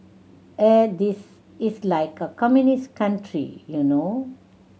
eh this is like a communist country you know